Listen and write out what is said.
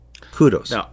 kudos